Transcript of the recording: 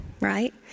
right